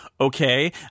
Okay